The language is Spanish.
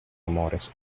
amores